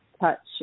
touch